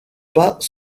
pas